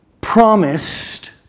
promised